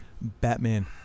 Batman